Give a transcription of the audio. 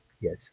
Yes